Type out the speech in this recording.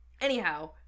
anyhow